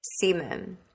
semen